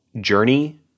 journey